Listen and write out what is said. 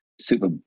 super